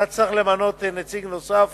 אתה תצטרך למנות נציג נוסף